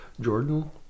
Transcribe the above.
jordan